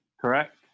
Correct